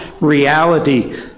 reality